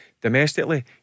domestically